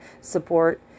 support